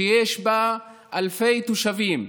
שיש בה אלפי תושבים,